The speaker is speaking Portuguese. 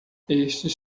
estes